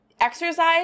exercise